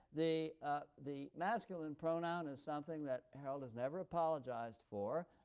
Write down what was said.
the ah the masculine pronoun is something that harold has never apologized for.